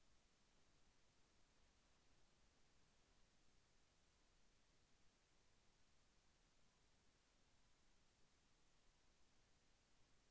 మిర్చి విత్తనాలు ఎలా తయారు చేస్తారు?